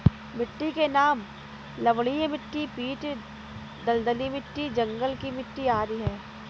मिट्टी के नाम लवणीय मिट्टी, पीट दलदली मिट्टी, जंगल की मिट्टी आदि है